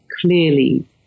clearly